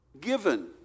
given